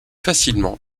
facilement